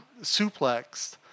suplexed